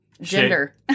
gender